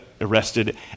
arrested